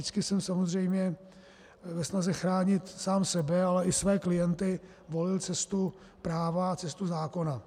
Vždycky jsem samozřejmě ve snaze chránit sám sebe, ale i své klienty volil cestu práva a cestu zákona.